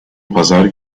pazar